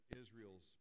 Israel's